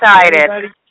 excited